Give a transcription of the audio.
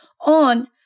on